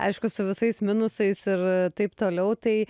aišku su visais minusais ir taip toliau tai